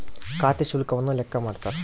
ಖಾತೆ ಶುಲ್ಕವನ್ನು ಲೆಕ್ಕ ಮಾಡ್ತಾರ